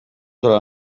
dalla